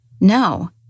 No